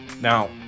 Now